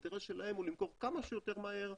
האינטרס שלהם הוא למכור כמה שיותר מהר,